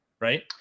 right